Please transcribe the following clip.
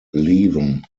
leven